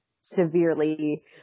severely